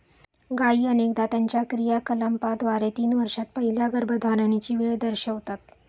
गायी अनेकदा त्यांच्या क्रियाकलापांद्वारे तीन वर्षांत पहिल्या गर्भधारणेची वेळ दर्शवितात